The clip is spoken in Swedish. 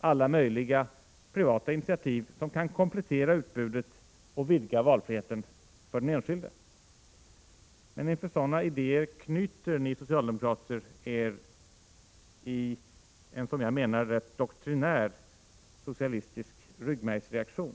alla möjliga privata initiativ som kan komplettera utbudet och vidga valfriheten för den enskilde. Men inför sådana idéer knyter ni socialdemokrater er i en doktrinär socialistisk ryggmärgsreaktion.